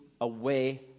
away